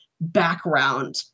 background